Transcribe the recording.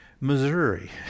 Missouri